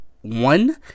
one